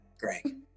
Greg